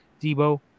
Debo